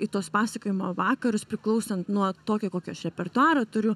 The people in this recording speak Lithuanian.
į tuos pasakojimo vakarus priklausant nuo to kokį aš repertuarą turiu